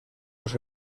los